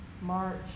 March